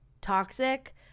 toxic